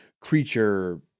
creature